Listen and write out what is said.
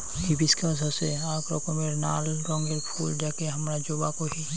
hibiscus হসে আক রকমের নাল রঙের ফুল যাকে হামরা জবা কোহি